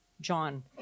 John